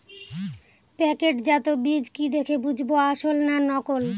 প্যাকেটজাত বীজ কি দেখে বুঝব আসল না নকল?